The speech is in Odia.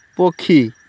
ପକ୍ଷୀ